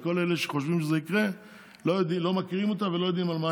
וכל אלה שחושבים שזה יקרה לא מכירים אותה ולא יודעים על מה הם מדברים.